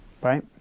right